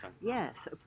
Yes